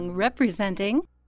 representing